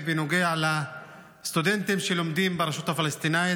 בנוגע לסטודנטים שלומדים ברשות הפלסטינית.